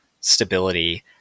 stability